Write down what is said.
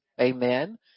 amen